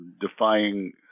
defying